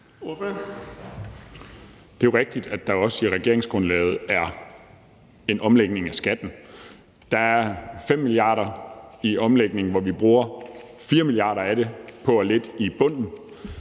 Det er jo rigtigt, at der også i regeringsgrundlaget er en omlægning af skatten. Der er 5 mia. kr. i omlægning, hvoraf vi bruger 4 mia. kr. til at lette i bunden.